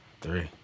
Three